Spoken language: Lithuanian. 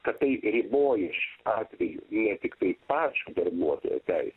kad tai ribojiš atveju jie tiktai pačią darbuotojo teisę